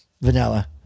Vanilla